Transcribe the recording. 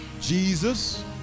Jesus